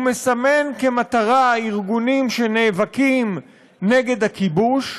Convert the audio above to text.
הוא מסמן כמטרה ארגונים שנאבקים נגד הכיבוש,